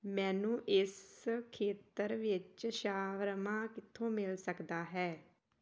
ਮੈਨੂੰ ਇਸ ਖੇਤਰ ਵਿੱਚ ਸ਼ਾਵਰਮਾ ਕਿੱਥੋਂ ਮਿਲ ਸਕਦਾ ਹੈ